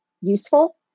useful